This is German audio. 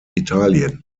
italien